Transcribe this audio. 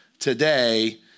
Today